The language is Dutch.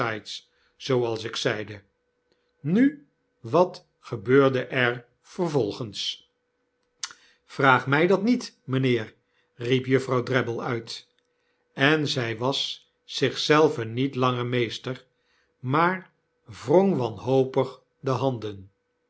zooals ik zeide nu wat gebeurde er vervolgens vraag my dat niet mynheer riep juffrouw drabble uit en zij was zich zelve niet langer meester maar wrong wanhopig de handen